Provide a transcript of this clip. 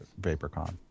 VaporCon